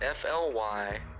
FLY